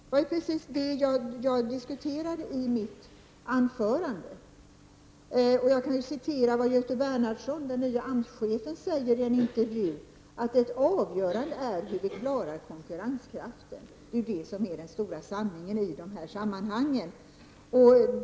Det var precis detta jag diskuterade i mitt anförande. Den nya AMS-chefen Göte Bernhardsson säger i en intervju: Det avgörande är hur vi klarar konkurrenskraften. Det är detta som är den stora sanningen i de här sammanhangen.